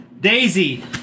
Daisy